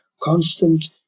constant